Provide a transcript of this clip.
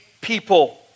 people